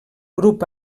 grup